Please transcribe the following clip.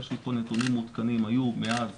יש לי פה נתונים מעודכנים, מאז